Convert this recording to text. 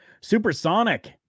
supersonic